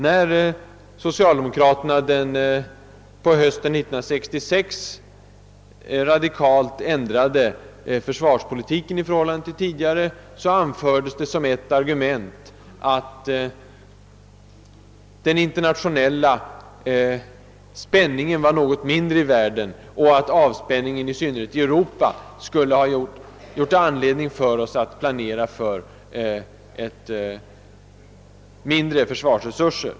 När socialdemokraterna på hösten 1966 radikalt ändrade försvarspolitiken i förhållande till tidigare anfördes som ett argument att den internationella spänningen var något mindre och att avspänningen i synnerhet i Europa skulle ha gett oss anledning att planera för mindre försvarsresurser.